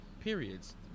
periods